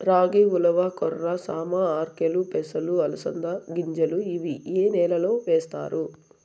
రాగి, ఉలవ, కొర్ర, సామ, ఆర్కెలు, పెసలు, అలసంద గింజలు ఇవి ఏ నెలలో వేస్తారు?